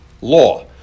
law